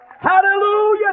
Hallelujah